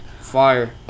Fire